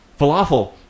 falafel